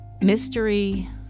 Mystery